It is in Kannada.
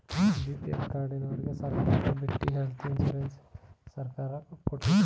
ಬಿ.ಪಿ.ಎಲ್ ಕಾರ್ಡನವರ್ಗೆ ಸರ್ಕಾರ ಬಿಟ್ಟಿ ಹೆಲ್ತ್ ಇನ್ಸೂರೆನ್ಸ್ ಸರ್ಕಾರ ಕೊಡ್ತಿದೆ